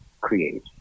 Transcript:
create